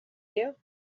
you